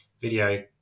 video –